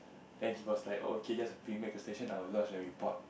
then he was like oh okay just bring back to station I will lodge a report